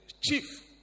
chief